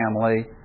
family